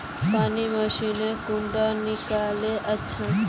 पानी मशीन कुंडा किनले अच्छा?